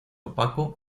opaco